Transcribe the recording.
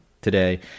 today